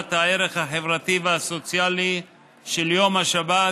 מעלת הערך החברתי והסוציאלי של יום השבת